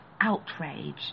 outrage